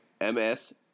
MS